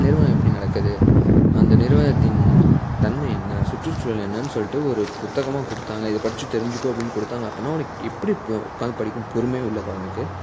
நிறுவனம் எப்படி நடக்குது அந்த நிறுவனத்தின் தன்மை என்ன சுற்றுசூழல் என்னனென்று சொல்லிட்டு ஒரு புத்தகமாக கொடுத்தாங்க இதை படித்து தெரிஞ்சிக்கோ அப்படின் கொடுத்தாங்க அப்படின்னா உனக்கு எப்படி உக்காந்து படிக்கும் பொறுமை உள்ளதாகும் அவனுக்கு